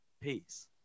peace